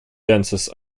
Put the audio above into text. dances